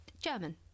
German